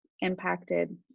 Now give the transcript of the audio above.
impacted